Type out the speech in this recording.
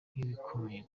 nk’ibikomeye